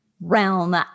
realm